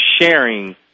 sharing